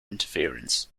interference